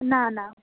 না না